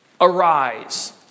Arise